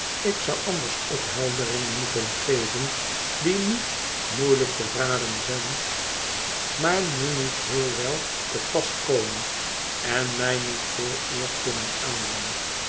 ik zou anders ophelderingen moeten geven die niet rnoeielijk te raden zijn maar nu niet heel wel te pas komen en mij niet veel eer kunnen aandoen